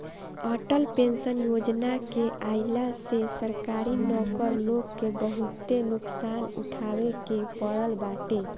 Atal pension Yojana के आईला से सरकारी नौकर लोग के बहुते नुकसान उठावे के पड़ल बाटे